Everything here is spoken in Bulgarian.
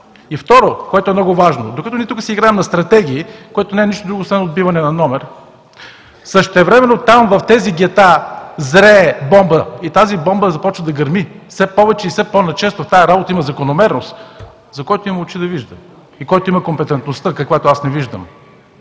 И второ, което е много важно. Докато ние тук си играем на стратегии, което не е нищо друго, освен отбиване на номер, същевременно там, в тези гета зрее бомба, и тази бомба започва да гърми, все повече и все по-начесто. В тази работа има закономерност, за който има очи да вижда, и който има компетентността, каквато аз не виждам.